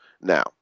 Now